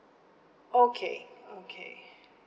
okay okay